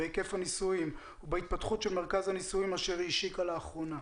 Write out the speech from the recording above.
בהיקף הניסויים ובהתפתחות של מרכז הניסויים אשר היא השיקה לאחרונה.